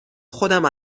خودم